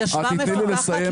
ישבה מפקחת.